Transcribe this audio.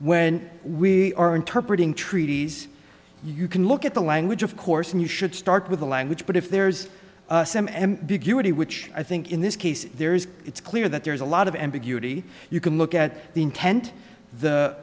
when we are interpret in treaties you can look at the language of course and you should start with the language but if there's some ambiguity which i think in this case there is it's clear that there's a lot of ambiguity you can look at the intent the